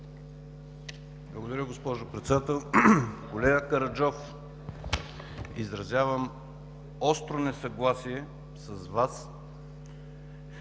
Благодаря, госпожо Председател. Колега Караджов, изразявам остро несъгласие с Вас,